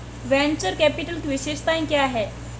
Venture capital की विशेषताएं क्या हैं?